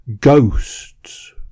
ghosts